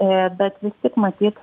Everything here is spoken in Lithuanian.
į bet vis tik matyt